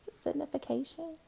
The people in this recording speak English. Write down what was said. signification